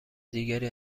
دیگری